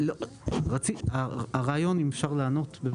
אפשר לענות?